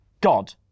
God